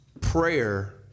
prayer